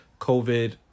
COVID